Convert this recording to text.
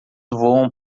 voam